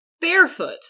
barefoot